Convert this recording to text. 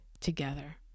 together